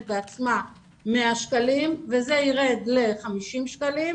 לעצמה 100 שקלים וזה ירד ל-50 שקלים,